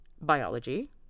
biology